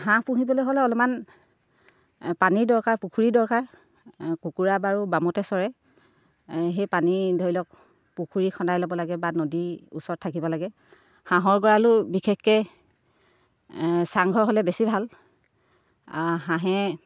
হাঁহ পুহিবলৈ হ'লে অলপমান পানীৰ দৰকাৰ পুখুৰী দৰকাৰ কুকুৰা বাৰু বামতে চৰে সেই পানী ধৰি লওক পুখুৰী খন্দায় ল'ব লাগে বা নদী ওচৰত থাকিব লাগে হাঁহৰ গঁৰালো বিশেষকৈ চাংঘৰ হ'লে বেছি ভাল হাঁহে